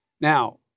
Now